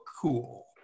cool